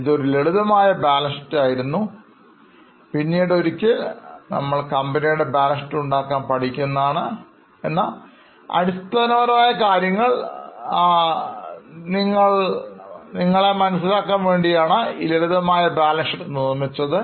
ഇതൊരു ലളിതമായ balance sheet ആയിരുന്നു പിന്നീട് ഒരിക്കൽ നമ്മൾ കമ്പനിയുടെ ബാലൻസ് ഷീറ്റ് ഉണ്ടാക്കാൻ പഠിക്കുന്നതാണ് എന്നാൽ അടിസ്ഥാനപരമായ കാര്യങ്ങൾ നിങ്ങളെ മനസ്സിലാക്കാൻ വേണ്ടിയാണ് ഈ ലളിതമായ ബാലൻസ് ഷീറ്റ് നിർമ്മിച്ചത്